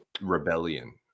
rebellion